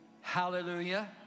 Hallelujah